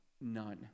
None